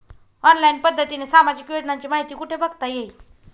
Online पद्धतीने सामाजिक योजनांची माहिती कुठे बघता येईल?